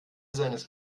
seines